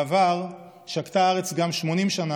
בעבר שקטה הארץ גם 80 שנה,